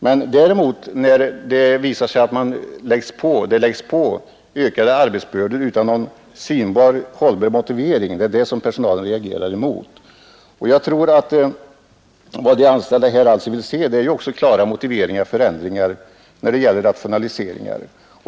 När det däremot visar sig att det läggs på ökade arbetsbördor utan någon hållbar motivering, reagerar personalen mot detta. Vad de anställda alltså vill se är klara motiveringar för ändringar när det gäller rationaliseringar.